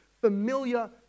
familiar